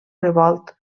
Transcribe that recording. revolt